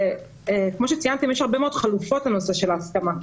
כמו שציינתם יש הרבה מאוד חלופות לנושא של ההסכמה,